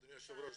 אדוני היושב ראש,